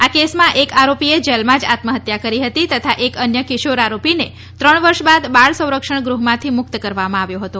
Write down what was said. આ કેસમાં એક આરોપીએ જેલમાં જ આત્મહત્યા કરી હતી તથા એક અન્ય કિશોર આરોપીને ત્રણ વર્ષ બાદ બાળ સંરક્ષણ ગૃહમાંથી મુક્ત કરવામાં આવ્યો હતો